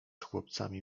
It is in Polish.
chłopcami